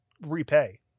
repay